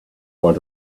want